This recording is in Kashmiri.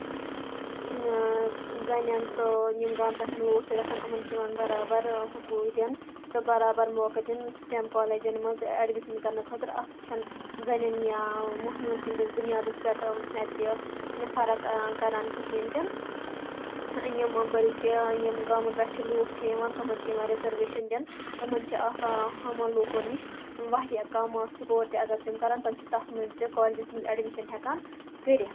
زَنین تہٕ یِم گامہٕ پٮ۪ٹھ لوٗکھ چھِ گژھان یِمَن چھِ یِوان برابر حقوٗق دِنہٕ تہٕ برابر موقعہٕ دِنہٕ سِٹیم کالیجن منٛز ایڈمِشن کرنہٕ خٲطرٕ اَتھ چھنہٕ زَنین یا موہنوین ہِندِس بُنیادَس پٮ۪ٹھ اَتہِ فرق کران کِہیٖنۍ تہِ یِمو بٔلکہِ یِم گامو پٮ۪ٹھ لوٗکھ چھِ یِوان تِمن چھِ یِوان رِزرویشن دِنہٕ تِمَن چھِ آسان ہُمو لوٗکو نِش واریاہ کَم سٕور تہِ اَگر تِم کرن تِم چھِ تَتھ منٛز تہِ کالیجَس منٛز ایڈمِشن ہٮ۪کان کٔرِتھ